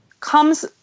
comes